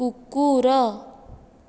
କୁକୁର